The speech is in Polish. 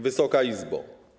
Wysoka Izbo!